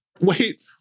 Wait